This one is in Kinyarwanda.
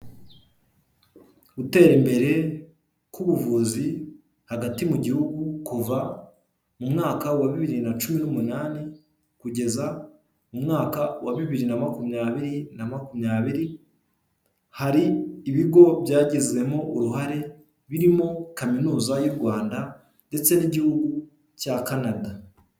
Gutera imbere k'ubuvuzi hagati mu gihugu kuva mu mwaka wa bibiri na cumi n'umunani, kugeza mu mwaka wa bibiri na makumyabiri, na makumyabiri, hari ibigo byagizemo uruhare, birimo kaminuza y'u Rwanda ndetse n'igihugu cya Kanada.